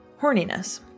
Horniness